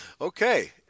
Okay